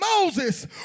Moses